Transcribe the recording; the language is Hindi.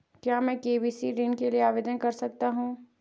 क्या मैं के.सी.सी ऋण के लिए आवेदन कर सकता हूँ?